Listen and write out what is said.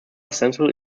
central